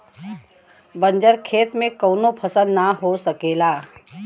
बंजर खेत में कउनो फसल ना हो सकेला